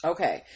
Okay